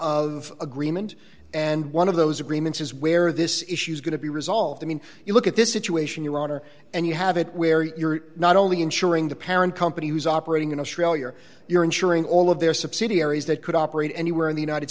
of agreement and one of those agreements is where this issue's going to be resolved i mean you look at this situation your honor and you have it where you're not only insuring the parent company who's operating in australia you're insuring all of their subsidiaries that could operate anywhere in the united